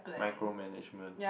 micro management